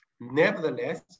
Nevertheless